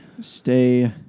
Stay